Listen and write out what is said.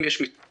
אם יש מתנגד